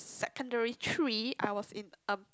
secondary three I was in a